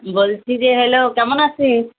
বলছি যে হ্যালো কেমন আছিস